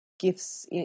gifts